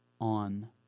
on